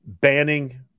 banning